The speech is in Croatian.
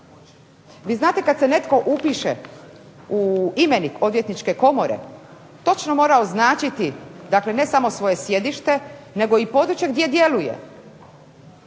Vi znate kad se netko upiše u imenik Odvjetničke komore točno mora označiti, dakle ne samo svoje sjedište nego i područje gdje djeluje,